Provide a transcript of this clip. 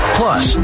plus